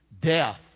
death